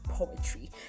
poetry